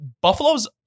Buffalo's